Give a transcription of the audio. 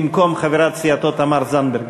במקום חברת סיעתו תמר זנדברג.